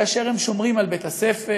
כאשר הם שומרים על בית-הספר,